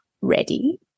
ready